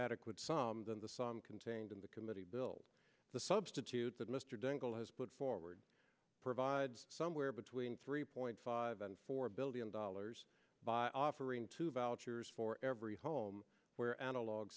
adequate psalm than the sum contained in the committee bill the substitute that mr dingell has put forward provides somewhere between three point five and four billion dollars by offering two vouchers for every home where analog